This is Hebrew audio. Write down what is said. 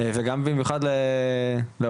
וגם במיוחד להורים,